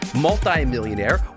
Multi-millionaire